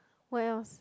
where else